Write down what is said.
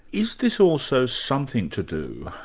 is this also something to do,